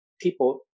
people